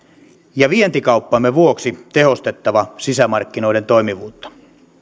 ja vientikauppamme vuoksi tehostettava sisämarkkinoiden toimivuutta